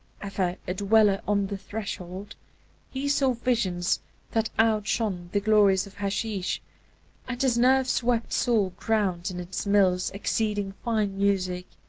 ever a dweller on the threshold he saw visions that outshone the glories of hasheesh and his nerve-swept soul ground in its mills exceeding fine music.